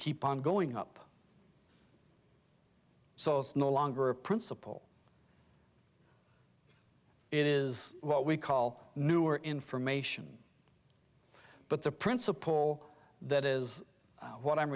keep on going up so it's no longer a principle it is what we call new or information but the principle that is what i'm